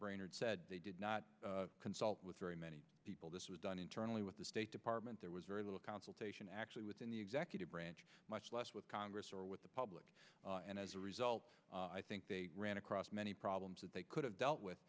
brainard said they did not consult with very many people this was done internally with the state department there was very little consultation actually within the executive branch much less with congress or with the public and as a result i think they ran across many problems that they could have dealt with